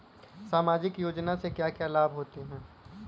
सामाजिक योजना से क्या क्या लाभ होते हैं?